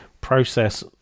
process